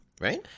Right